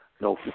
no